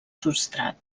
substrat